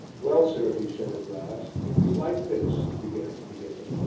well, sir, he said at last, it was like this, to begin at the beginning.